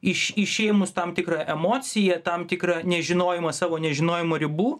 iš išėmus tam tikrą emociją tam tikrą nežinojimą savo nežinojimo ribų